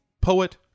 Poet